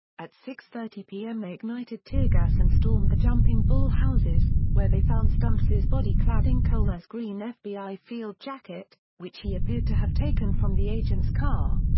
at six thirty p m. they ignited tear gas and stormed the jumping bull houses, where they found stuntz's body clad in coler's green fbi field jacket, which he appeared to have taken from the agent's car.